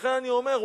ולכן אני אומר,